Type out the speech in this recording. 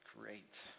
great